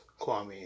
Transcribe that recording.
Kwame